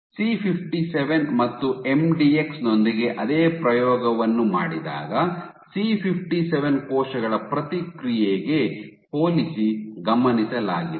C57 ಮತ್ತು MDX ನೊಂದಿಗೆ ಅದೇ ಪ್ರಯೋಗವನ್ನು ಮಾಡಿದಾಗ C57 ಕೋಶಗಳ ಪ್ರತಿಕ್ರಿಯೆಗೆ ಹೋಲಿಸಿ ಗಮನಿಸಲಾಗಿದೆ